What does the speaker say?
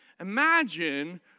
Imagine